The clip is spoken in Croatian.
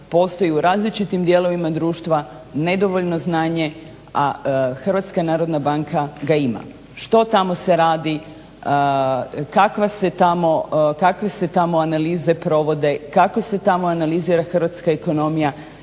postoji u različitim dijelovima društva nedovoljno znanje, a HNB ga ima. Što tamo se radi, kakve se tamo analize provode, kako se tamo analizira